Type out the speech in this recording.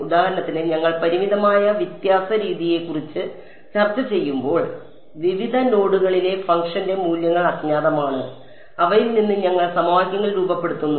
ഉദാഹരണത്തിന് ഞങ്ങൾ പരിമിതമായ വ്യത്യാസ രീതിയെക്കുറിച്ച് ചർച്ചചെയ്യുമ്പോൾ വിവിധ നോഡുകളിലെ ഫംഗ്ഷന്റെ മൂല്യങ്ങൾ അജ്ഞാതമാണ് അവയിൽ നിന്ന് ഞങ്ങൾ സമവാക്യങ്ങൾ രൂപപ്പെടുത്തുന്നു